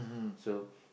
so